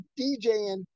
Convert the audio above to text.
DJing